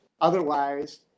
otherwise